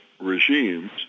regimes